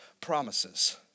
promises